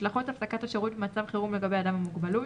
השלכות הפסקת השירות במצב חירום לגבי אדם עם מוגבלות,